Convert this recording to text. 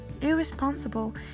irresponsible